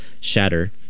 shatter